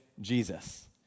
Jesus